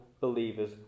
believers